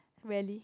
rarely